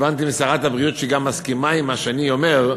הבנתי משרת הבריאות שגם היא מסכימה למה שאני אומר,